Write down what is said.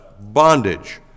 bondage